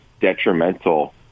detrimental